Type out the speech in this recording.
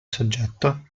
soggetto